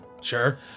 Sure